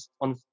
on